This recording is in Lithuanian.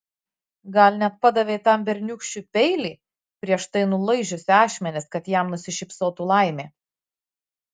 gal net padavei tam berniūkščiui peilį prieš tai nulaižiusi ašmenis kad jam nusišypsotų laimė